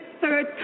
Third